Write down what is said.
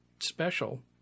special